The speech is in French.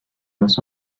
los